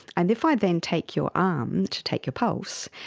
and if i then take your arm to take your pulse,